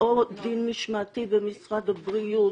או דין משמעתי במשרד הבריאות,